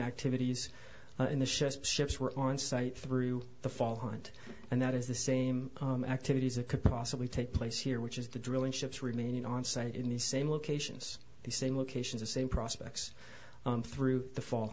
activities in the ships ships were on site through the fall hunt and that is the same activities that could possibly take place here which is the drilling ships remaining on site in the same locations the same locations the same prospects on through the fall